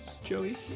Joey